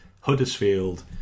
Huddersfield